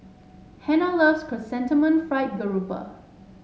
Hannah loves Chrysanthemum Fried Grouper